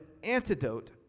antidote